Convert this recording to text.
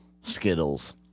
Skittles